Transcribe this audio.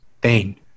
pain